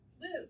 live